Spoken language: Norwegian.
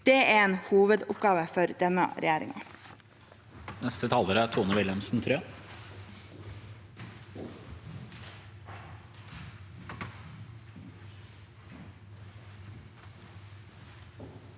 Det er en hovedoppgave for denne regjeringen.